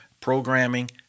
programming